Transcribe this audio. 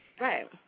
Right